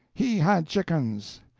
he had chickens!